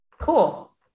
Cool